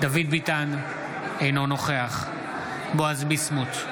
אינו נוכח בועז ביסמוט,